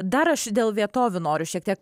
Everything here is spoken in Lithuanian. dar aš dėl vietovių noriu šiek tiek